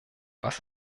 was